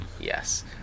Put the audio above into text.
yes